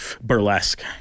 burlesque